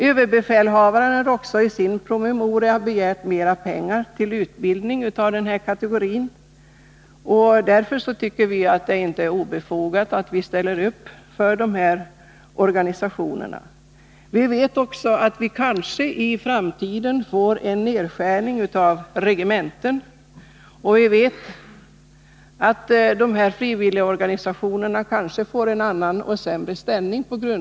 Överbefälhavaren hade i sin promemoria begärt mera pengar till utbildning av den här kategorin, och därför tycker vi att det inte är obefogat att vi ställer upp för dessa organisationer. Kanske blir det i framtiden en nedskärning av regementen, vilket skulle kunna medföra att frivilligorganisationerna får en annan och sämre ställning.